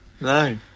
No